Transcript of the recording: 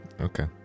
Okay